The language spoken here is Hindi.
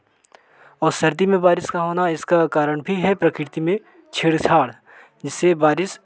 और सर्दी में बारिश का होना इसका कारण भी है प्रकृति में छेड़ छाड़ जिससे बारिश